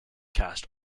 cast